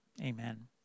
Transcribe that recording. Amen